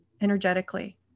energetically